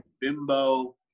bimbo